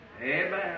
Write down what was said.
Amen